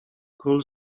król